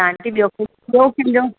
aunty ॿियों ॿियों कंहिंजो